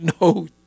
no